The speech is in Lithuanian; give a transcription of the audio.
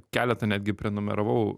keletą netgi prenumeravau